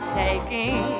taking